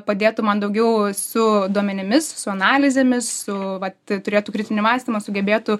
padėtų man daugiau su duomenimis su analizėmis su vat turėtų kritinį mąstymą sugebėtų